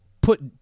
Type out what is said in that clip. put –